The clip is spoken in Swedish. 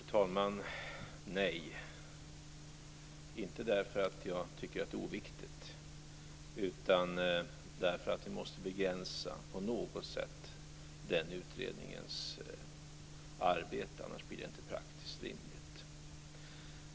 Fru talman! Nej, inte därför att jag tycker att det är oviktigt, utan därför att vi på något sätt måste begränsa den utredningens arbete. Annars blir det inte praktiskt rimligt.